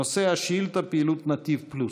נושא השאילתה: פעילות נתיב פלוס.